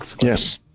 yes